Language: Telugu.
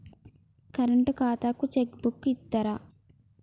కరెంట్ ఖాతాకు చెక్ బుక్కు ఇత్తరా?